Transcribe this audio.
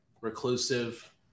reclusive